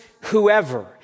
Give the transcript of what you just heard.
whoever